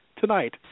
tonight